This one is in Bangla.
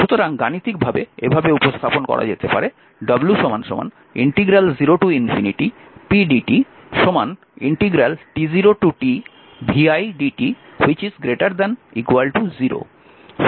সুতরাং গাণিতিকভাবে এভাবে উপস্থাপন করা যেতে পারে w 0